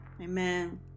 Amen